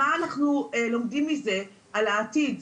מה אנחנו לומדים מזה על העתיד.